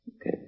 Okay